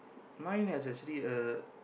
mine has actually a